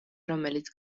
რომელიც